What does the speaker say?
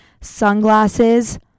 Sunglasses